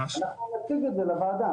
אנחנו נציג את זה לוועדה,